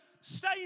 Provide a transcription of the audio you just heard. stay